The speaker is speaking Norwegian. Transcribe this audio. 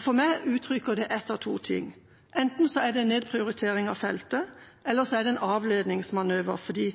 For meg uttrykker det én av to ting: Enten er det en nedprioritering av feltet, eller så er det en avledningsmanøver